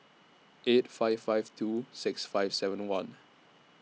eight five five two six five seven one